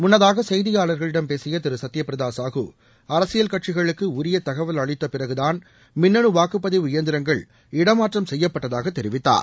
முன்னதாக செய்தியாளர்களிடம் பேசிய திரு சத்தியபிரதா சாஹு அரசியல் கட்சிகளுக்கு உரிய தகவல் அளித்த பிறகுதான் மின்னனு வாக்குப்பதிவு இயந்திரங்கள் இடம் மாற்றம் செய்யப்பட்டதாக தெரிவித்தார்